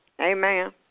Amen